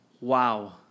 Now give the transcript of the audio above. Wow